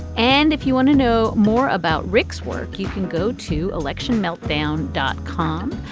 and if you want to know more about rick's work, you can go to election meltdown dot com.